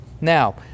Now